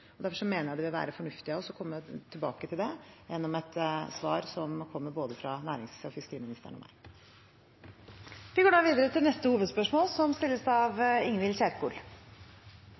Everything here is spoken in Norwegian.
Derfor mener jeg det vil være fornuftig av oss å komme tilbake til det gjennom et svar som kommer fra både næringsministeren, fiskeriministeren og meg. Vi går videre til neste hovedspørsmål.